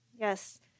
Yes